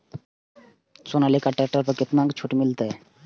Sonalika tractor पर केतना छूट मिलते?